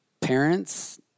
parents